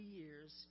years